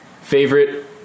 Favorite